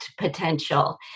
potential